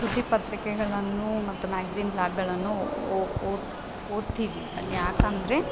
ಸುದ್ದಿ ಪತ್ರಿಕೆಗಳನ್ನು ಮತ್ತು ಮ್ಯಾಗ್ಜೀನ್ ಬ್ಲಾಗ್ಗಳನ್ನು ಓದ್ತೀವಿ ಯಾಕಂದರೆ